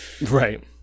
Right